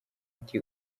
ati